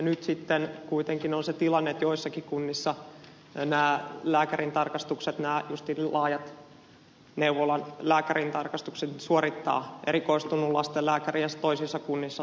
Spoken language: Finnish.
nyt sitten kuitenkin on se tilanne että joissakin kunnissa nämä lääkärintarkastukset juuri nämä laajat neuvolan lääkärintarkastukset suorittaa erikoistunut lastenlääkäri ja toisissa kunnissa taas sitten ei